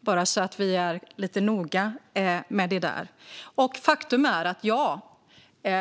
Det ska vi vara noga med.